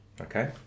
Okay